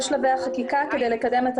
שנוצר.